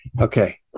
Okay